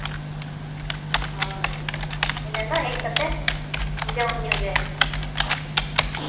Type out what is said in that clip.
ᱦᱳᱭ ᱤᱱᱟᱹ ᱫᱚ ᱦᱮᱡᱽ ᱠᱟᱛᱮ ᱡᱚᱢ ᱧᱩ ᱜᱮ